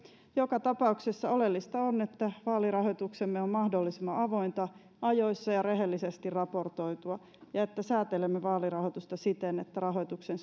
joka tapauksessa oleellista on että vaalirahoituksemme on mahdollisimman avointa ajoissa ja rehellisesti raportoitua ja että säätelemme vaalirahoitusta siten että rahoituksen